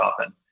often